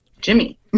Jimmy